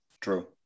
true